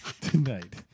tonight